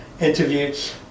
interviews